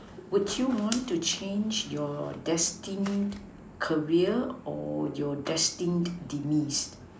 would you want to change your destined career or your destined demise